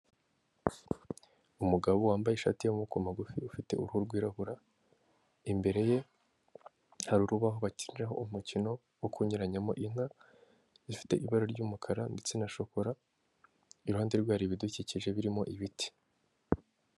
Umugabo wambaye ishati ya maboko magufi, ufite uruhu rwirabura, imbere ye hari urubaho bakiniraho umukino wo kunyuranyamo inka, zifite ibara ry'umukara ndetse na shokora, iruhande rwe hari ibidukikije birimo ibiti.